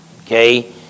okay